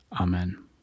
Amen